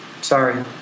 sorry